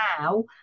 Now